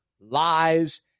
lies